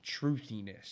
truthiness